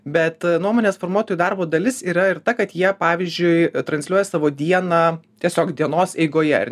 bet nuomonės formuotojų darbo dalis yra ir ta kad jie pavyzdžiui transliuoja savo dieną tiesiog dienos eigoje ar